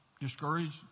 discouraged